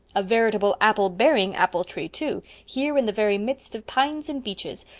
a veritable apple-bearing apple tree, too, here in the very midst of pines and beeches,